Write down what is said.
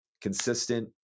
consistent